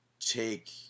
take